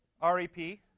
R-E-P